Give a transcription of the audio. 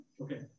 Okay